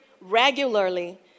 regularly